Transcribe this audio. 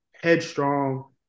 headstrong